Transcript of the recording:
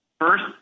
First